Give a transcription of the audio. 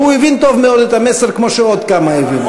והוא הבין טוב מאוד את המסר כמו שעוד כמה הבינו,